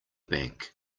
bank